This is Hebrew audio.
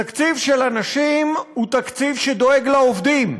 תקציב של אנשים הוא תקציב שדואג לעובדים.